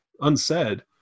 unsaid